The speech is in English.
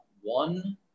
one